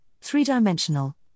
three-dimensional